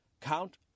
count